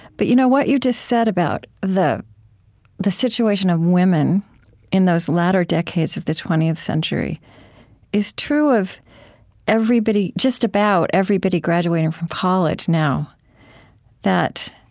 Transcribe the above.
but you know what you just said about the the situation of women in those latter decades of the twentieth century is true of everybody just about everybody graduating from college now that,